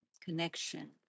connection